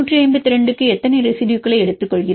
152க்கு எத்தனை ரெசிடுயுகளை எடுத்துக்கொள்கிறோம்